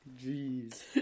Jeez